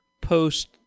post